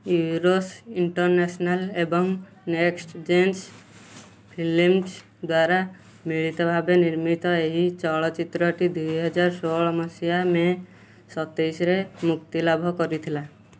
Eros International ଏବଂ Next Gen Films ଦ୍ୱାରା ମିଳିତ ଭାବେ ନିର୍ମିତ ଏହି ଚଳଚ୍ଚିତ୍ରଟି ଦୁଇହଜାର ଷୋହଳ ମସିହା ମେ ସତେଇଶରେ ମୁକ୍ତିଲାଭ କରିଥିଲା